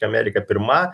amerika pirma